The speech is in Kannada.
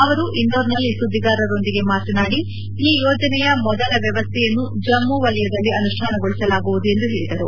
ಅವರು ಇಂಧೋರ್ನಲ್ಲಿ ಸುದ್ದಿಗಾರೊಂದಿಗೆ ಮಾತನಾಡಿ ಈ ಯೋಜನೆಯ ಮೊದಲ ವ್ವವಸ್ವೆಯನ್ನು ಜಮ್ಮು ವಲಯದಲ್ಲಿ ಅನುಷ್ಟಾನಗೊಳಿಸಲಾಗುವುದು ಎಂದು ಹೇಳಿದರು